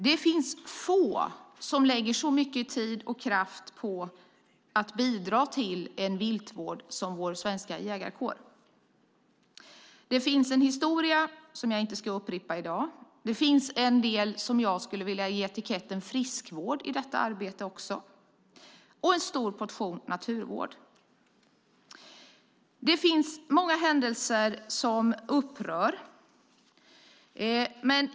Det finns få som lägger så mycket tid och kraft på att bidra till en viltvård som vår svenska jägarkår. Det finns en historia, som jag inte ska upprepa i dag, det finns en del som jag vill sätta etiketten friskvård på i detta arbete och det finns en stor portion naturvård. Det finns många händelser som upprör.